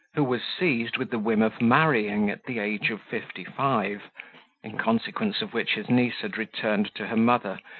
who was seized with the whim of marrying at the age of fifty-five in consequence of which his niece had returned to her mother,